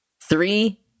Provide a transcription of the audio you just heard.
Three